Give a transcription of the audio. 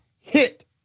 hit